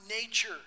nature